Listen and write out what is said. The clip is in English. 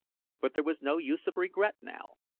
but there was no use of regret now.